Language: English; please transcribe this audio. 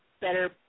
better